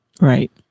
Right